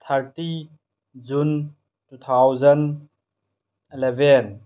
thirty June two thousand eleven